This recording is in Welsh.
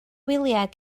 wyliau